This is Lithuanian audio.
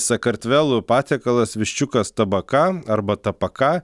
sakartvelų patiekalas viščiukas tabaka arba tapaka